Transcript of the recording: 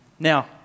Now